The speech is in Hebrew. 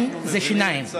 הקואליציה וסגן שר